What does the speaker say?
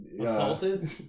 Assaulted